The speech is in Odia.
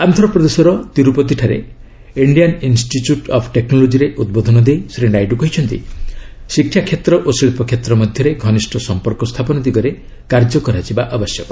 ଆନ୍ଧ୍ରପ୍ରଦେଶର ତିରୁପତିଠାରେ ଇଣ୍ଡିଆନ୍ ଇନ୍ଷ୍ଟିଚ୍ୟୁଟ୍ ଅଫ୍ ଟେକ୍ନୋଲୋଜିରେ ଉଦ୍ବୋଧନ ଦେଇ ଶ୍ରୀ ନାଇଡୁ କହିଛନ୍ତି ଶିକ୍ଷା କ୍ଷେତ୍ର ଓ ଶିଳ୍ପକ୍ଷେତ୍ର ମଧ୍ୟରେ ଘନିଷ୍ଠ ସଂପର୍କ ସ୍ଥାପନ ଦିଗରେ କାର୍ଯ୍ୟ କରାଯିବା ଆବଶ୍ୟକ